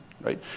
right